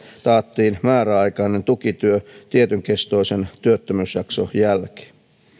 taattiin määräaikainen tukityö tietynkestoisen työttömyysjakson jälleen